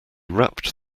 wrapped